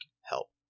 help